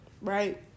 Right